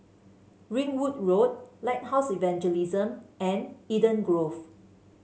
Ringwood Road Lighthouse Evangelism and Eden Grove